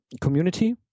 community